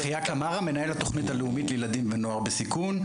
שמי אחיה קמארה מנהל התוכנית הלאומית לילדים ולנוער בסיכון.